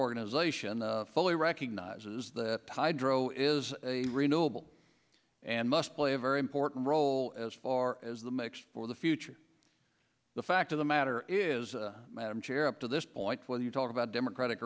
organization fully recognizes that hydro is a renewable and must play a very important role as far as the mix for the future the fact of the matter is madam chair up to this point when you talk about democratic